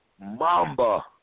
Mamba